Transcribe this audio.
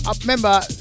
remember